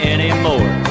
Anymore